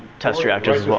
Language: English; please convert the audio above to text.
test reactors as well.